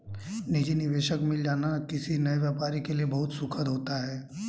निजी निवेशक मिल जाना किसी नए व्यापारी के लिए बहुत सुखद होता है